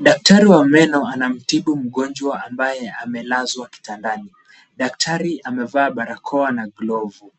Daktari wa meno anamtibu mgonjwa ambaye amelazwa kitandani. Daktari amevaa barakoa na glovu.